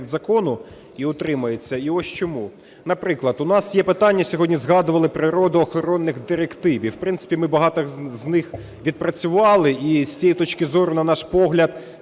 закону і утримається, і ось чому. Наприклад, у нас є питання, сьогодні згадували природоохоронних директив, і, в принципі, ми багато з них відпрацювали. І з цієї точки зору, на наш погляд,